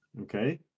okay